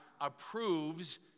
approves